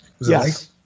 Yes